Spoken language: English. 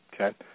Okay